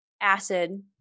acid